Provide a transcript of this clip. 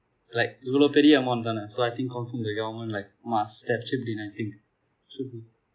like இவ்வளவு பெரிய:ivalavu periya amount தானே:thaane so I think confirm the government like must step should be in should be